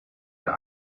der